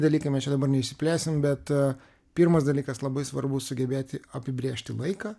dalykai mes čia dabar neišsiplėsim bet pirmas dalykas labai svarbu sugebėti apibrėžti laiką